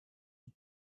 you